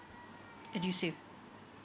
edusave